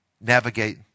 navigate